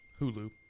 Hulu